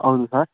ಹೌದು ಸರ್